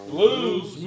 Blues